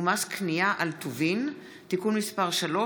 ומס קנייה על טובין (תיקון מס' 3),